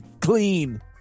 Clean